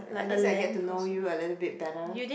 at least I get to know you a little bit better